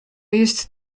jest